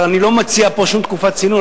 אבל אני לא מציע פה שום תקופת צינון,